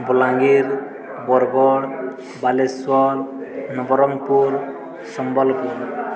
Balangir Bargarh Baleswar Nabarangpur Sambalpur